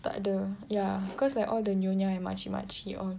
tak ada ya cause like all the nyonya and makcik makcik all